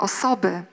Osoby